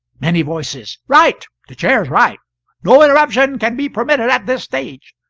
many voices. right the chair is right no interruption can be permitted at this stage!